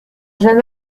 jeune